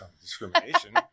discrimination